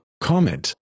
comment